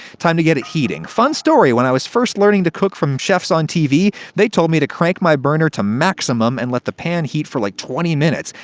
time to get it heating. fun story when i was first learning to cook from chefs on tv, they told me to crank my burner to maximum and let the pan heat for like twenty minutes.